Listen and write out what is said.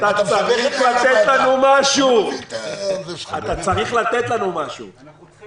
כן, צריך לחשוב על זה, ואני רוצה